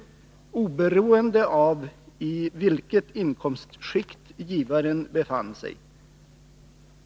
oberoende av i vilket inkomstskikt givaren befann sig.